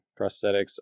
Prosthetics